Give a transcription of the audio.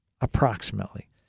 Approximately